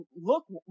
look